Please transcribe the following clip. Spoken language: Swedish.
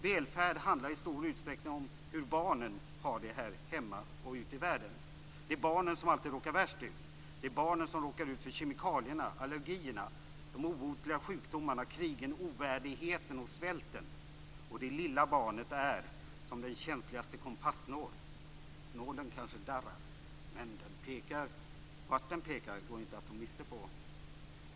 Välfärd handlar i stor utsträckning om hur barnen har det här hemma och ute i världen. Det är barnen som alltid råkar värst ut. Det är barnen som råkar ut för kemikalierna, allergierna, de obotliga sjukdomarna, krigen, ovärdigheten och svälten. Och det lilla barnet är som den känsligaste kompassnål. Nålen kanske darrar, men vart den pekar går det inte att ta miste på.